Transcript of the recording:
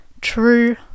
true